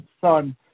son